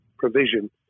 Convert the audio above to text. provision